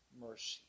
mercy